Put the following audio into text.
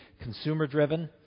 consumer-driven